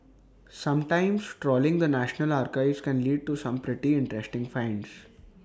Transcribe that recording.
sometimes trawling the national archives can lead to some pretty interesting finds